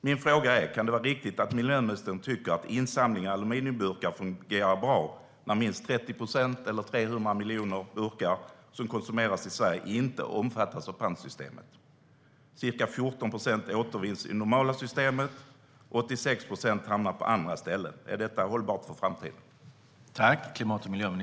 Min fråga är: Kan det vara riktigt att miljöministern tycker att insamlingen av aluminiumburkar fungerar bra när minst 30 procent, eller 300 miljoner burkar, som konsumeras i Sverige inte omfattas av pantsystemet? Ca 14 procent återvinns i det normala systemet, och 86 procent hamnar på andra ställen. Är detta hållbart för framtiden?